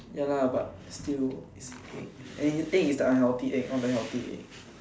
ya lah but still it's egg egg unhealthy egg is not very healthy egg